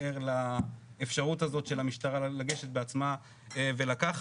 ער לאפשרות הזאת של המשטרה לגשת בעצמה ולקחת.